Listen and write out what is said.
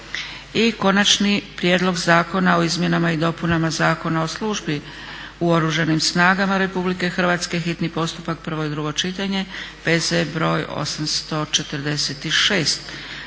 - Konačni prijedlog Zakona o izmjenama i dopunama Zakona o službi u Oružanim snagama RH, hitni postupak, prvo i drugo čitanje, P.Z. br. 846.